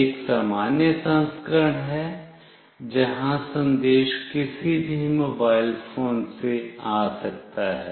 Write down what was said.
एक सामान्य संस्करण है जहां संदेश किसी भी मोबाइल फोन से आ सकता है